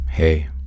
Hey